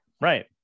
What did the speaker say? Right